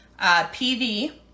PV